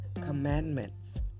commandments